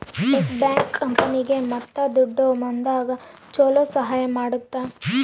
S Bank ಕಂಪನಿಗೇ ಮತ್ತ ದುಡಿಯೋ ಮಂದಿಗ ಚೊಲೊ ಸಹಾಯ ಮಾಡುತ್ತ